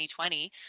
2020